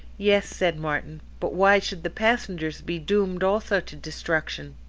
yes, said martin but why should the passengers be doomed also to destruction?